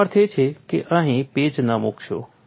એનો અર્થ એ છે કે અહીં પેચ ન મૂકશો